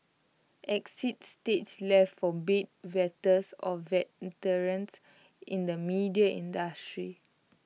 exit stage left for bed wetters or veterans in the media industry